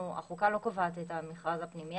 החוקה לא קובעת את המכרז הפנימי,